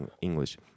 English